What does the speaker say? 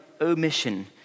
omission